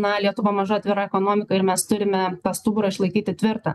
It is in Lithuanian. na lietuva maža atvira ekonomika ir mes turime tą stuburą išlaikyti tvirtą